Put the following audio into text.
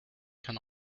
can